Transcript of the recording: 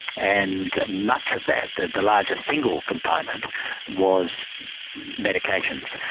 and much of that, the the larger single component was medications,